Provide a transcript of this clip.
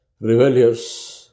rebellious